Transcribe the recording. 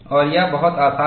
और यह बहुत आसान है